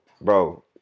bro